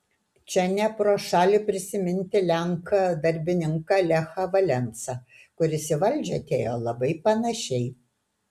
čia ne pro šalį prisiminti lenką darbininką lechą valensą kuris į valdžią atėjo labai panašiai